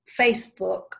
Facebook